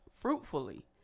fruitfully